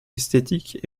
esthétiques